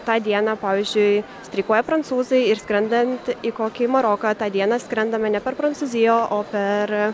tą dieną pavyzdžiui streikuoja prancūzai ir skrendant į kokį maroką tą dieną skrendame ne per prancūziją o o per